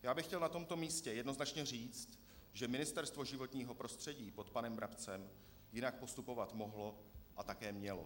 Já bych chtěl na tomto místě jednoznačně říct, že Ministerstvo životního prostředí pod panem Brabcem jinak postupovat mohlo a také mělo.